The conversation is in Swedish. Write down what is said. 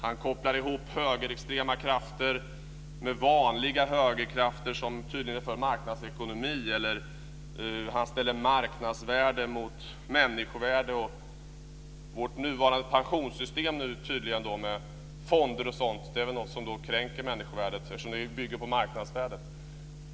Han kopplar ihop högerextrema krafter med vanliga högerkrafter som tydligen är för marknadsekonomi. Han ställer marknadsvärde mot människovärde. Vårt nuvarande pensionssystem med fonder och sådant är tydligen något som då kränker människovärdet, för det bygger på marknadsvärdet.